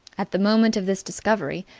at the moment of this discovery,